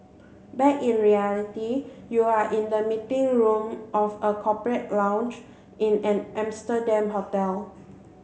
back in reality you are in the meeting room of a corporate lounge in an Amsterdam hotel